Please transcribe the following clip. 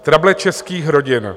Trable českých rodin...